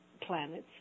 planets